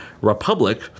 Republic